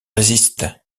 résistent